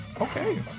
Okay